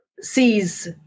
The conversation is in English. sees